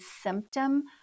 symptom